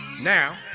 now